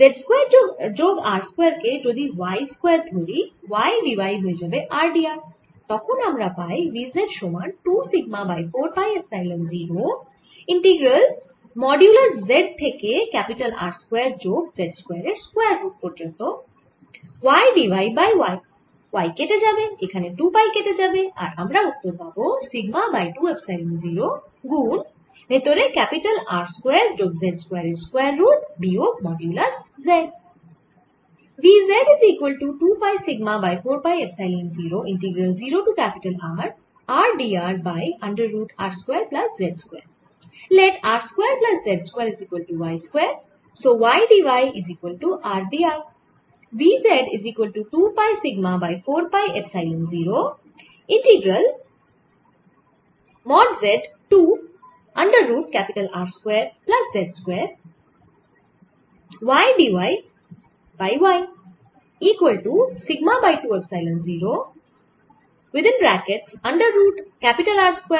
z square যোগ r square কে যদি y স্কয়ার ধরি y d y হয়ে যাবে r d r আর তখন আমরা পাই V z সমান 2 sigma by 4 pi epsilon 0 integral modulus z থেকে R স্কয়ার যোগ z স্কয়ার এর স্কয়ার রুট পর্যন্ত y d y by y y কেটে যাবে এখানে 2 পাই কেটে যাবে আর আমরা উত্তর পাবো সিগমা বাই 2 এপসাইলন 0 গুন ভেতরে R স্কয়ার যোগ z স্কয়ার এর স্কয়ার রুট বিয়োগ মডিউলাস z